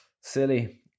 Silly